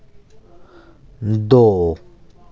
दो